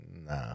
Nah